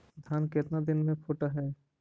धान केतना दिन में फुट है?